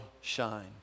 shine